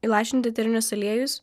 įlašinti eterinius aliejus